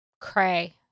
Cray